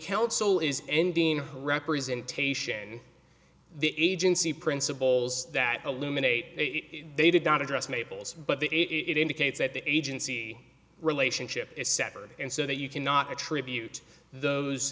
council is ending representation the agency principles that illuminates they did not address mable's but the it indicates that the agency relationship is separate and so that you cannot attribute those